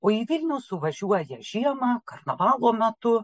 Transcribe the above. o į vilnių suvažiuoja žiemą karnavalo metu